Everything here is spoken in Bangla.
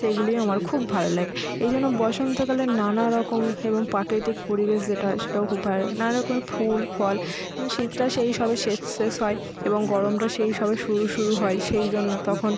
সেইগুলি আমার খুব ভালো লাগে এই জন্য বসন্তকালে নানারকম এবং প্রাকৃতিক পরিবেশ যেটা হয় সেটাও খুব ভালো নানা রকম ফুল ফল শীতটা সেই সবে শেষ শেষ হয় এবং গরমটা সেই সবে শুরু শুরু হয় সেই জন্য তখন